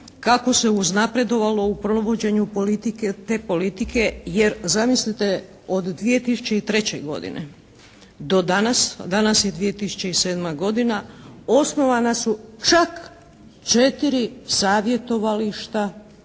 kako se uznapredovalo u provođenju politike, te politike. Jer zamislite, od 2003. godine do danas, danas je 2007. godina, osnovana su čak 4 savjetovališta